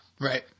Right